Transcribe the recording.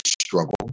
struggle